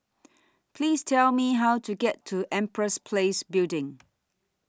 Please Tell Me How to get to Empress Place Building